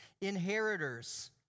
inheritors